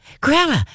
Grandma